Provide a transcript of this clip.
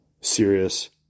serious